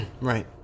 Right